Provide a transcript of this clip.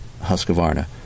Husqvarna